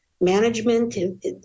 management